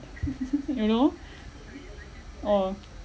you know oh